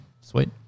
sweet